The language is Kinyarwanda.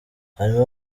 hari